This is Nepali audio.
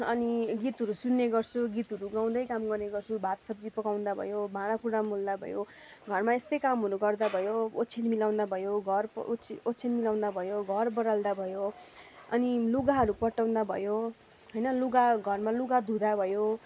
अनि गीतहरू सुन्ने गर्छु गीतहरू गाउँदै काम गर्ने गर्छु भात सब्जी पकाउँदा भयो भाँडा कुँडा मोल्दा भयो घरमा यस्तै कामहरू गर्दा भयो ओछ्यान मिलाउँदा भयो घर ओ ओछ्यान मिलाउँदा भयो घर बडार्दा भयो अनि लुगाहरू पट्याउँदा भयो होइन लुगा घरमा लुगा धुँदा भयो